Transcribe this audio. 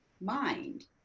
mind